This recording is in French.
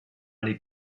les